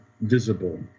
visible